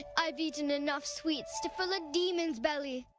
i've eaten enough sweets to fill a demon's belly.